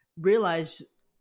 realize